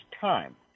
time